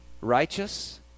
righteous